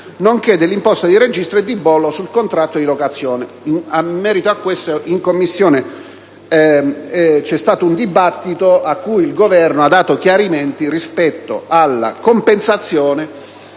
nonché dell'imposta di registro e di bollo sul contratto di locazione. In merito a questo, in Commissione c'è stato un dibattito in cui il Governo ha dato chiarimenti rispetto alla compensazione,